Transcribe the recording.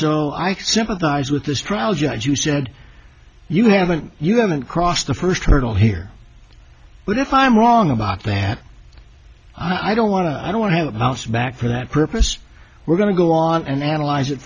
so i sympathize with this trial judge you said you haven't you haven't crossed the first hurdle here but if i'm wrong about that i don't want to i don't have house back for that purpose we're going to go on and analyze it